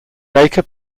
baker